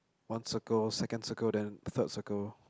one circle second circle then the third circle